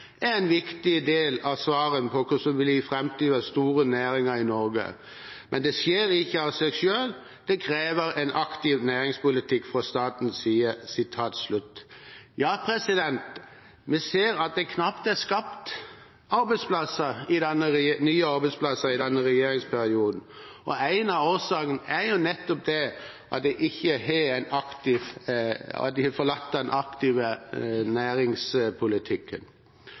er en viktig del av svarene på hva som skal bli framtidens store næringer i Norge. Men dette skjer ikke av seg selv, det krever en aktiv næringspolitikk fra statens side.» Ja, vi ser at det knapt er skapt nye arbeidsplasser i denne regjeringsperioden. En av årsakene er nettopp det at de har